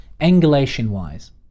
angulation-wise